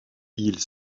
ils